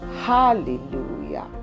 hallelujah